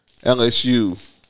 LSU